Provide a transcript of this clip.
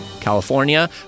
California